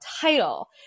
title